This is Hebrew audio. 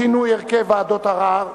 שינוי הרכב ועדת ערר),